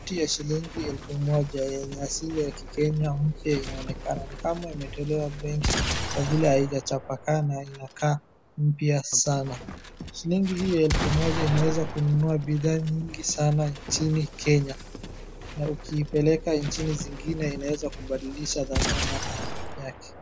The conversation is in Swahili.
Noti ya shilingi elfu moja yenye asili ya kikenya mpya inaonekana ni kama imetolewa benki kwa vile haijachapakaa na inakaa mpya sana. Shilingi hii ya elfu moja inaweza kununua bidhaa nyingi sana nchini Kenya na ukiipeleka nchini zingine inaweza kubadilisha dhamana yake.